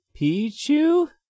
Pichu